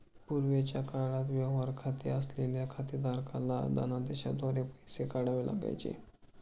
पूर्वीच्या काळात व्यवहार खाते असलेल्या खातेधारकाला धनदेशाद्वारे पैसे काढावे लागायचे